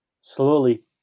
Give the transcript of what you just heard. Slowly